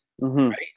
right